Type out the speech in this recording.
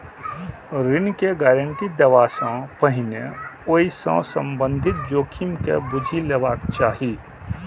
ऋण के गारंटी देबा सं पहिने ओइ सं संबंधित जोखिम के बूझि लेबाक चाही